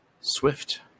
swift